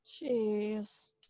Jeez